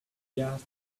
just